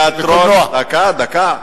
תיאטרון, דקה, דקה.